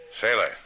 Sailor